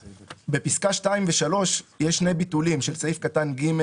בפסקה 2 ו-3 יש שני ביטולים של סעיף קטן ג'